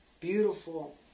Beautiful